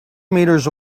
meters